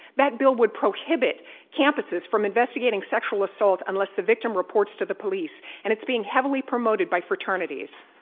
that bill would prohibit campuses from investigating sexual assault unless the victim reports to the police, and it's being heavily promoted by fraternities.